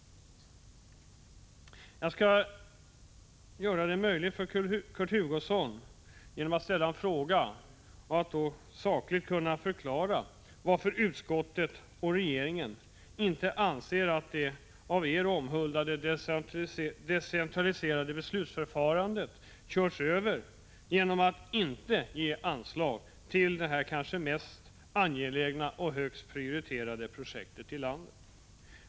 Jag skall göra det möjligt för Kurt Hugosson, genom att ställa en fråga till honom, att sakligt förklara varför utskottet, och regeringen, inte anser att det av er omhuldade decentraliserade beslutsförfarandet har körts över genom att man nu inte ger anslag till det kanske mest angelägna och högst prioriterade projektet i landet.